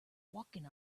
walking